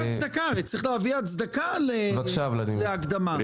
צריך להביא הצדקה להקדמה.